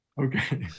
Okay